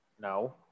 No